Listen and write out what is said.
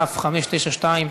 כ/592,